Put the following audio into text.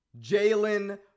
Jalen